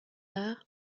dda